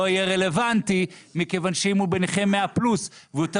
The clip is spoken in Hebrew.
לא יהיה רלוונטי מכיוון שאם הוא בנכה 100 פלוס והוא יותר